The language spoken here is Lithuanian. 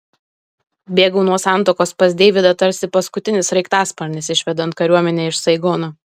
bėgau nuo santuokos pas deividą tarsi paskutinis sraigtasparnis išvedant kariuomenę iš saigono